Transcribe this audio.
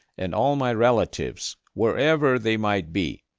and all my relatives wherever they might be.